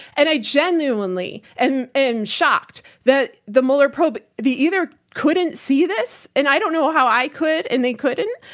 and i genuinely and am shocked that the mueller probe, they either couldn't see this, and i don't know how i could and they couldn't,